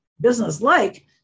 business-like